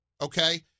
okay